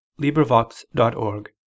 LibriVox.org